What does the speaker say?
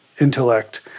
intellect